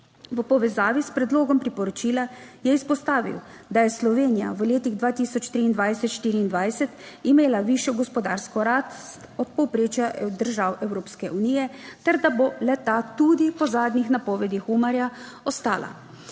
V povezavi s predlogom priporočila je izpostavil, da je Slovenija v letih 2023 24 imela višjo gospodarsko rast od povprečja držav Evropske unije ter, da bo le ta tudi po zadnjih napovedih Umarja ostala.